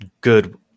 good